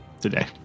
today